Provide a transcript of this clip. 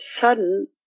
sudden